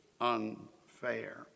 unfair